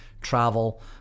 travel